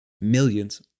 millions